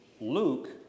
Luke